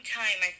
time